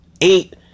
Eight